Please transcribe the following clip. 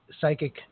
psychic